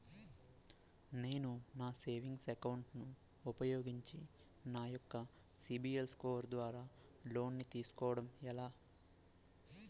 నేను నా savings account ను ఉపయోగించి నా యెక్క సిబిల్ స్కోర్ ద్వారా లోన్తీ సుకోవడం ఎలా?